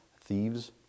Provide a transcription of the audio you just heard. Thieves